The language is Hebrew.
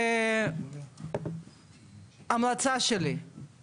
כי זה למ"ס 6 בכסף מהמדינה,